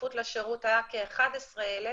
להצטרפות לשירות היה כ-11,000